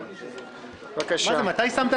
תמשיך למשוך זמן,